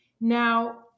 Now